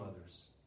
others